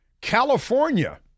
California